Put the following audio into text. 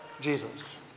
Jesus